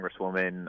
congresswoman